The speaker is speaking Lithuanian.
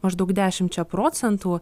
maždaug dešimčia procentų